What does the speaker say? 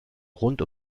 rund